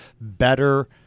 better